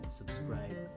subscribe